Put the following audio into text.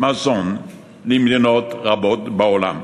מזון למדינות רבות בעולם.